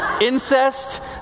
Incest